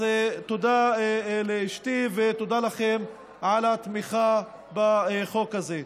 אז תודה לאשתי, ותודה לכם על התמיכה בחוק הזה.